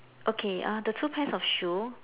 okay uh the two pairs of shoe